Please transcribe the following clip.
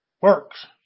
works